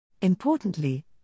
Importantly